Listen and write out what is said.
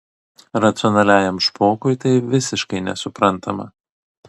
racionaliajam špokui tai visiškai nesuprantama